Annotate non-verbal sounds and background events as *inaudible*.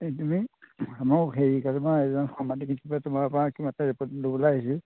*unintelligible* মোক *unintelligible* তোমাৰ পৰা কিবা এটা ৰিপৰ্ট ল'ব লাগিছিল